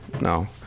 No